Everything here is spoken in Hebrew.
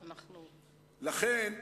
לכן,